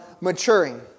maturing